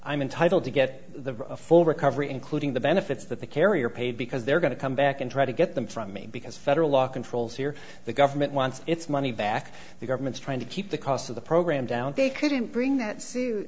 i'm entitled to get the full recovery including the benefits that the carrier paid because they're going to come back and try to get them from me because federal law controls here the government wants its money back the government's trying to keep the cost of the program down they couldn't bring that